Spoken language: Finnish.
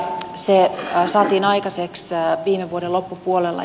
se saatiin aikaiseksi viime vuoden loppupuolella